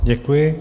Děkuji.